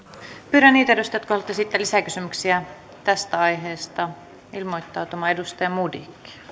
pyydän niitä edustajia jotka haluavat esittää lisäkysymyksiä tästä aiheesta ilmoittautumaan edustaja modig